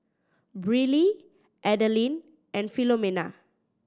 Briley Adeline and Philomena